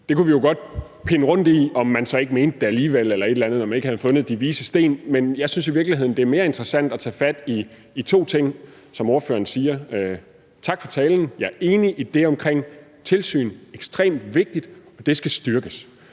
Vi kunne jo godt pære rundt i, om man så ikke mente det alligevel eller ikke havde fundet de vises sten, men jeg synes i virkeligheden, det er mere interessant at tage fat i to ting, som ordføreren siger. Tak for talen. Jeg er enig i det omkring tilsyn. Det er ekstremt vigtigt, og det skal styrkes,